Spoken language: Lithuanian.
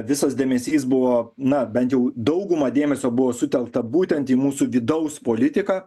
visas dėmesys buvo na bent jau dauguma dėmesio buvo sutelkta būtent į mūsų vidaus politiką